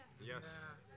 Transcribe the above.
Yes